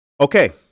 Okay